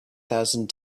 thousand